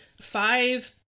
five